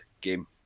game